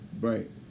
Right